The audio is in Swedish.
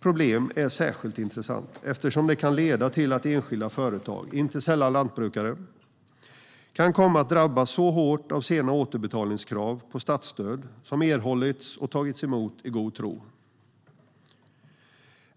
problem är särskilt intressant eftersom det kan leda till att enskilda företag, inte sällan lantbrukare, kan drabbas hårt av sena återbetalningskrav på statsstöd som erhållits och tagits emot i god tro.